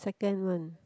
second one